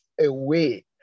away